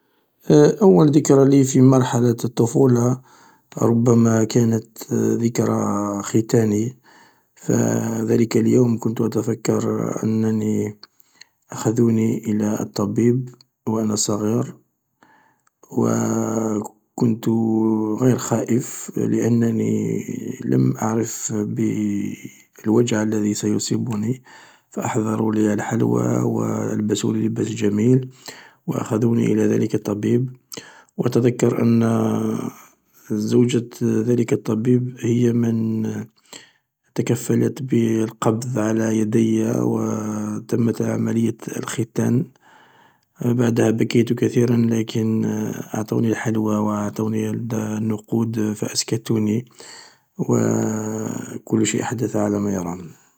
أول ذكرى لي في مرحلة الطفولة ربما كانت ذكرى ختاني فذلك اليوم كنت أتذكر أنني أخذوني إلى الطبيب و أنا صغير و كنت غير خائف لأنني لم أعرف بالوجع الذي سوف يصيبني فأحضرولي الحلوى و ألبسوني لباس جميل و أخذوني إلى ذلك الطبيب و أتذكر ان زوجة ذلك الطبيب هي من تكفلت بالقبض على يدي و تمت عملية الختان بعدها بكيت كثيرا لكن أعطوني الحلوى و أعطوني النقود فأسكتوني و كل شيء حدث على ما يرام.